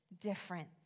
different